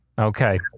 okay